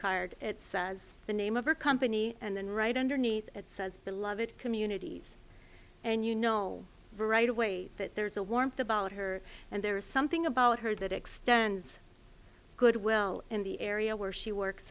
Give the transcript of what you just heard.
card it says the name of her company and then right underneath it says beloved communities and you know right away that there is a warmth about her and there is something about her that extends goodwill in the area where she works